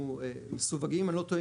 אנחנו מסווגים אם אני לא טועה,